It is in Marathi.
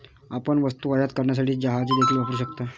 आपण वस्तू आयात करण्यासाठी जहाजे देखील वापरू शकता